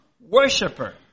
worshiper